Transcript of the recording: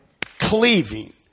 cleaving